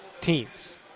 teams